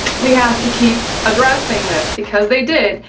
we have to keep addressing this because they did,